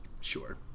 sure